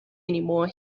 anymore